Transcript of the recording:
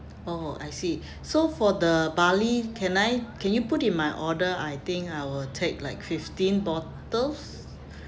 oh I see so for the barley can I can you put in my order I think I will take like fifteen bottles